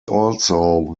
also